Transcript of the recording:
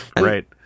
Right